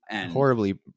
Horribly